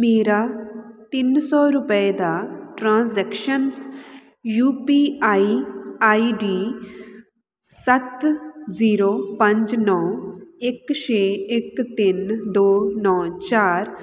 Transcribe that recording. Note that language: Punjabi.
ਮੇਰਾ ਤਿੰਨ ਸੌ ਰੁਪਏ ਦਾ transactions U P I I D ਸੱਤ ਜ਼ੀਰੋ ਪੰਜ ਨੌਂ ਇੱਕ ਛੇ ਇੱਕ ਤਿੰਨ ਦੋ ਨੌਂ ਚਾਰ